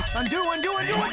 undo, undo, undo!